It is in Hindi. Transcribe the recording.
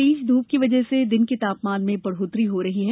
तेज धूप की वजह से दिन के तापमान में बढ़ौतरी हो रही है